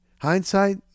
hindsight